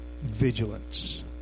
vigilance